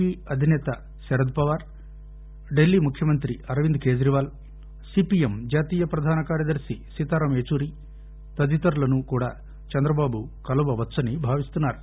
P అధిసేత శరత్పవార్ ఢిల్లీ ముఖ్యమంత్రి Arvind Kejriwal CPM జాతీయ ప్రధాన కార్యదర్శి సీతారాం ఏచూరి తదితరులను కూడా చంద్రబాబు కలువవచ్చునని భావిస్తున్నారు